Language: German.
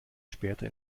später